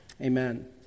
amen